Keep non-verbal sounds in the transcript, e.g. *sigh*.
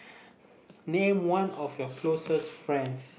*breath* name one of your closest friends